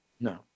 no